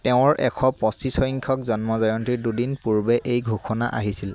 তেওঁৰ এশ পঁচিছসংখ্যক জন্ম জয়ন্তীৰ দুদিন পূৰ্বে এই ঘোষণা আহিছিল